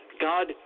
god